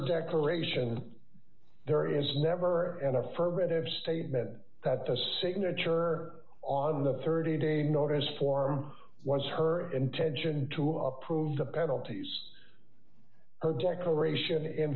declaration there is never an affirmative statement that the signature on the thirty day notice form was her intention to approve the penalties or declaration in